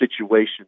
situation